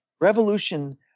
revolution